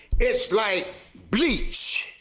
is like bleach